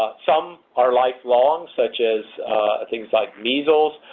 some are lifelong, such as things like measles,